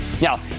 Now